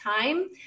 time